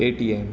KTM